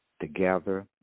together